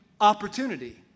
opportunity